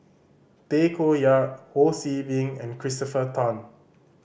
Tay Koh Yat Ho See Beng and Christopher Tan